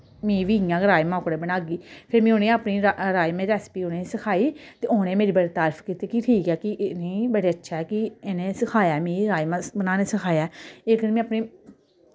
में बी इं'या गै राजमां बनागी ते में फिर उनें ई अपने राजमां दी रेसिपी उने सखाई ते उनें मेरी बड़ी तारीफ कीती कि ठीक ऐ कि इनें बड़ा अच्छा ऐ कि इनें सखाया मिगी राजमां बनाना सखाया इक दिन में अपने